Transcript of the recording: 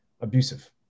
abusive